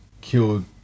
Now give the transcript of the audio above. killed